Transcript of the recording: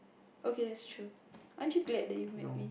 okay that's true aren't you glad that you met me